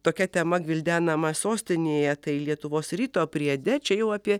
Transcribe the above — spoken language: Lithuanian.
tokia tema gvildenama sostinėje tai lietuvos ryto priede čia jau apie